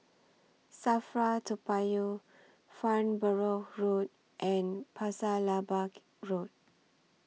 SAFRA Toa Payoh Farnborough Road and Pasir Laba Road